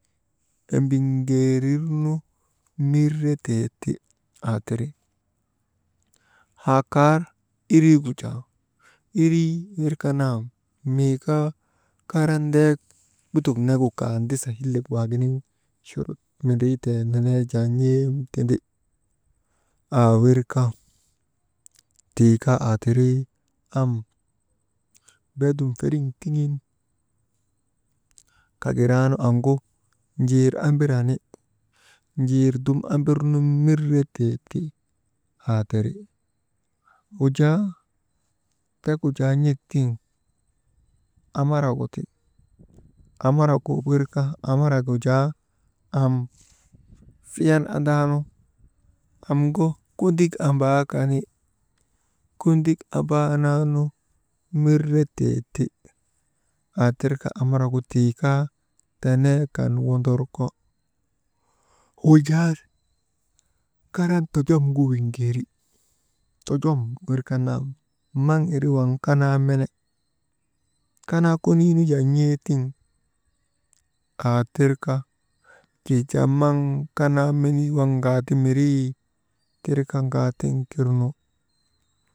Embiŋgeerirnu mireteeti, aa tiri, haa kar iriigu jaa, irii wirka nam miikaa karan deek lutok negu kaa ndisa hillek waaginiŋ churut mendriitee nenee jaa n̰eem tindi, aa wirka tii kaa aa tirii, am beedum feriŋ tiŋin agiraanu amgu, njiir ambirani njiir ambirnu miretee ti, aa tiri wujaa tegu jaa n̰ek tiŋ, amaragu ti, amaragu wirka amaragu jaa am fizan andaanu amgu kundik ambaakani, kundik ambaanaanu miretee ti, aa tirka amaragu tiikaa tenee kan wondorko, wujaa karan tojomgu wiŋeeri, tojomgu wika man maŋ iriwaŋ kanaa mene, kanaa koniii nu jaa n̰eetiŋ aa tirka, tii jaa maŋ kanaamnii waŋgu ŋaati mirii, ti jaa ŋatiŋ kirnu.